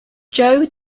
joe